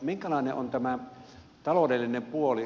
minkälainen on tämä taloudellinen puoli